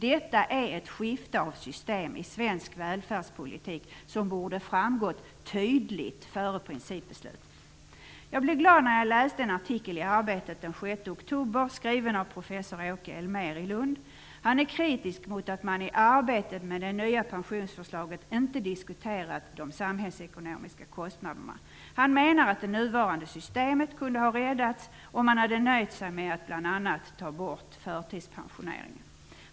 Detta är ett skifte av system i svensk välfärdspolitik som borde ha framgått tydligt före principbeslutet. Jag blev glad när jag läste en artikel i Arbetet den Han är kritisk mot att man i arbetet med det nya pensionsförslaget inte diskuterat de samhällsekonomiska kostnaderna. Han menar att det nuvarande systemet kunde ha räddats om man hade nöjt sig med att bl.a. ta bort förtidspensioneringen.